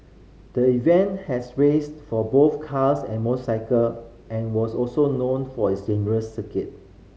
the event has raced for both cars and motorcycle and was also known for its dangerous circuit